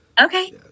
Okay